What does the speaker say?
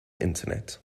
internet